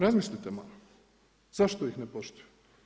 Razmislite malo, zašto ih ne poštuju?